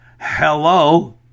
Hello